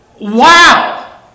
wow